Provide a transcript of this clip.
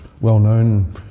well-known